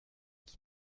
qui